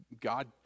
God